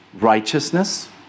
righteousness